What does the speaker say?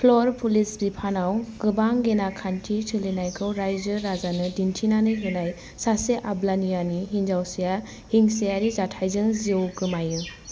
भ्लर police बिफानाव गोबां गेना खान्थि सोलिनायखौ रायजो राजानो दिन्थिनानै होनाय सासे आल्बानियानि हिनजावसाया हिंसायारि जाथायजों जिउ गोमायो